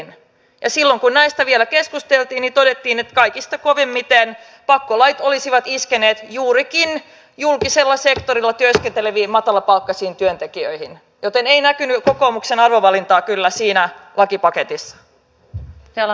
silloin kun näistä vielä keskusteltiin niin todettiin että kaikista kovimmin pakkolait olisivat iskeneet juurikin julkisella sektorilla työskenteleviin matalapalkkaisiin työntekijöihin joten ei näkynyt kokoomuksen arvovalintaa kyllä siinä lakipaketissa